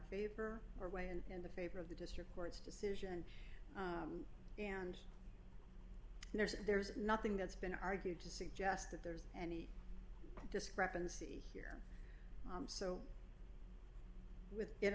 favor or way and in the favor of the district court's decision and there's there's nothing that's been argued to suggest that there's any discrepancy so with in